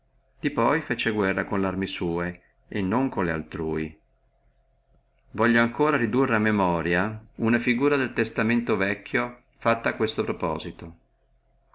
di poi fece guerra con le arme sua e non con le aliene voglio ancora ridurre a memoria una figura del testamento vecchio fatta a questo proposito